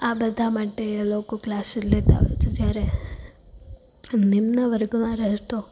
આ બધા માટે એ લોકો ક્લાસીસ લેતા હોય છે જ્યારે નિમ્ન વર્ગમાં રહેતો